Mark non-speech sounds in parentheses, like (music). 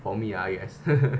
for me lah I guess (noise)